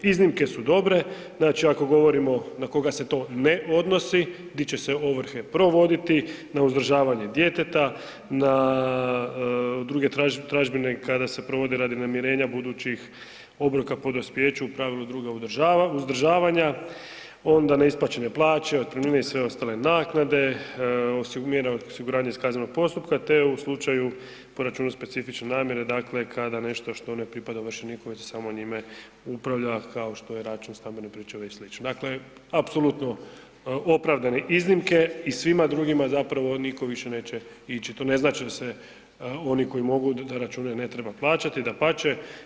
Iznimke su dobre, znači ako govorimo na koga se to ne odnosi gdje će se ovrhe provoditi na uzdržavanje djeteta, na druge tražbine kada se provode radi namirenja budućih obroka po dospijeću u pravilu druga uzdržavanja onda neisplaćene plaće, otpremnine i sve ostale naknade, mjere osiguranja iz kaznenog postupka te u slučaju po računu specifične namjere dakle kada nešto što ne pripada ovršeniku jer samo njime upravlja kao što je račun stambene pričuve i sl. dakle apsolutno opravdane iznimke i svima drugima zapravo niko više neće ići, to ne znači da se oni koji mogu da račune ne treba plaćati, dapače.